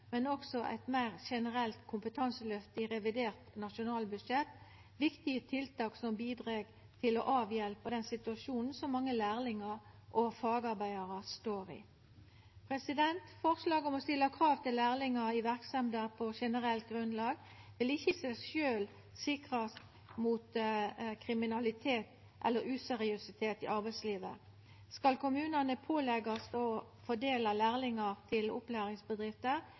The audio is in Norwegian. men også eit meir generelt kompetanseløft i revidert nasjonalbudsjett, viktige tiltak som bidreg til å avhjelpa den situasjonen som mange lærlingar og fagarbeidarar står i. Forslaget om å stilla krav om lærlingar i verksemder på generelt grunnlag vil ikkje i seg sjølv sikra oss mot kriminalitet elle useriøsitet i arbeidslivet. Skal kommunane påleggjast å fordela lærlingar til opplæringsbedrifter,